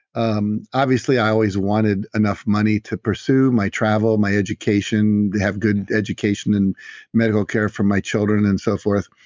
um obviously, i always wanted enough money to pursue my travel, my education, to have good education and medical care for my children and so forth.